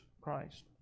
Christ